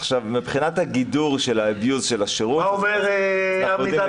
מבחינת הגידור של ה-abuse של השירות --- מה אומר דוידסון,